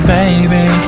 baby